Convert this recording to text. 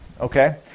okay